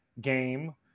game